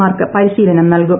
mark പരിശീലനം നൽകും